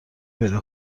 پیدا